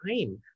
time